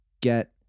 get